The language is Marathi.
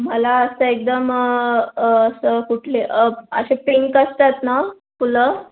मला असं एकदम असं कुठले असे पिंक असतात ना फुलं